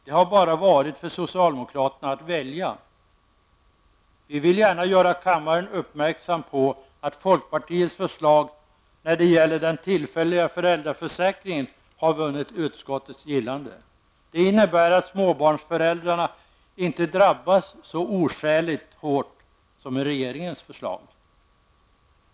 Det har bara varit för socialdemokraterna att välja. Vi vill gärna göra kammaren uppmärksam på att folkpartiets förslag när det gäller den tillfälliga föräldraförsäkringen har vunnit utskottets gillande. Det innebär att småbarnsföräldrarna inte drabbas så oskäligt hårt som i regeringens förslag.